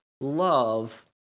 love